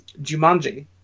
Jumanji